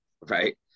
right